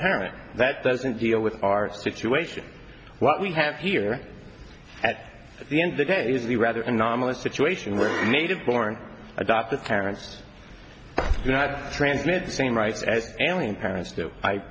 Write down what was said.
parent that doesn't deal with our situation what we have here at the end of the day is we rather anomalous situation where native born adoptive parents not transmit the same rights as alien parents do